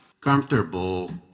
comfortable